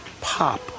pop